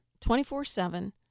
24-7